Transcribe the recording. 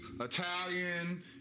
Italian